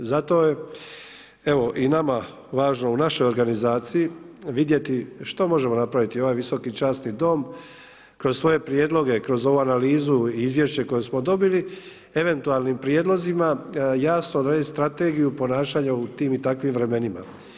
Zato je evo i nama važno u našoj organizaciji vidjeti što možemo napraviti i ovaj Visoki časni dom kroz svoje prijedloge, kroz ovu analizu i izvješće koje smo dobili, eventualnim prijedlozima jasno odrediti strategiju ponašanja u tim i takvim vremenima.